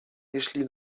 jeśli